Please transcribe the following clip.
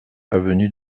avenue